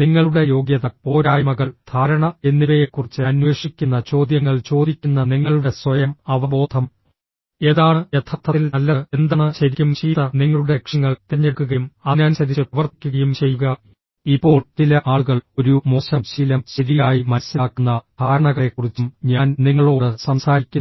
നിങ്ങളുടെ യോഗ്യത പോരായ്മകൾ ധാരണ എന്നിവയെക്കുറിച്ച് അന്വേഷിക്കുന്ന ചോദ്യങ്ങൾ ചോദിക്കുന്ന നിങ്ങളുടെ സ്വയം അവബോധം എന്താണ് യഥാർത്ഥത്തിൽ നല്ലത് എന്താണ് ശരിക്കും ചീത്ത നിങ്ങളുടെ ലക്ഷ്യങ്ങൾ തിരഞ്ഞെടുക്കുകയും അതിനനുസരിച്ച് പ്രവർത്തിക്കുകയും ചെയ്യുക ഇപ്പോൾ ചില ആളുകൾ ഒരു മോശം ശീലം ശരിയായി മനസ്സിലാക്കുന്ന ധാരണകളെക്കുറിച്ചും ഞാൻ നിങ്ങളോട് സംസാരിക്കുന്നു